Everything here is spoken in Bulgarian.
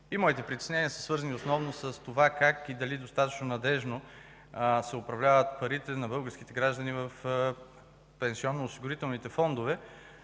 и моите притеснения са свързани основно с това как и дали достатъчно надеждно се управляват парите на българските граждани в пенсионноосигурителните фондове,